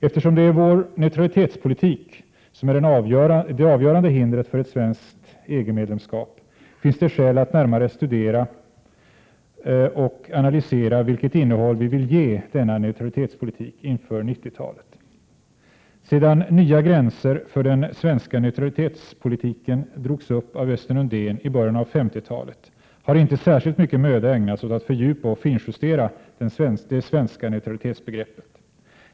Eftersom det är vår neutralitetspolitik som är det avgörande hindret för ett svenskt EG-medlemskap finns det skäl att närmare studera och analysera vilket innehåll vi vill ge denna neutralitetspolitik inför 90-talet. Sedan nya gränser för den svenska neutralitetspolitiken drogs upp av Östen Undén i början av 50-talet har inte särskilt mycken möda ägnats åt att fördjupa och finjustera det svenska neutralitetsbegreppet.